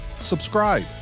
subscribe